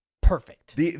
perfect